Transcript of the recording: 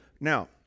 Now